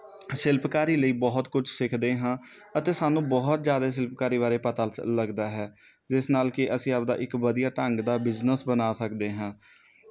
ਸ਼ਿਲਪਕਾਰੀ ਲਈ ਬਹੁਤ ਕੁਝ ਸਿੱਖਦੇ ਹਾਂ ਅਤੇ ਸਾਨੂੰ ਬਹੁਤ ਜ਼ਿਆਦਾ ਸ਼ਿਲਪਕਾਰੀ ਬਾਰੇ ਪਤਾ 'ਚ ਲੱਗਦਾ ਹੈ ਜਿਸ ਨਾਲ ਕੀ ਅਸੀਂ ਆਪਦਾ ਇੱਕ ਵਧੀਆ ਢੰਗ ਦਾ ਬਿਜ਼ਨਸ ਬਣਾ ਸਕਦੇ ਹਾਂ